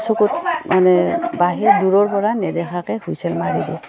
চকুত মানে বাহিৰ দূৰৰ পৰা নেদেখাকৈ হুইছেল মাৰি দিয়ে